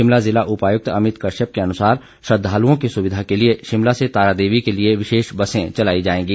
शिमला ज़िला उपायुक्त अमित कश्यप को अनुसार श्रद्दालुओं की सुविधा के लिए शिमला से तारा देवी के लिए विशेष बसें चलाई जाएंगी